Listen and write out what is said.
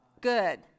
Good